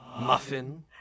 Muffin